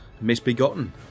Misbegotten